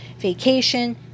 vacation